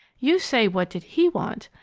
you say, what did he want.